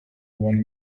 one